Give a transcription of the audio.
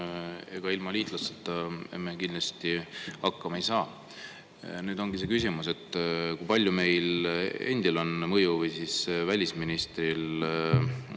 Ega ilma liitlasteta me kindlasti hakkama ei saa. Nüüd ongi see küsimus: kui palju meil endil või välisministril on mõju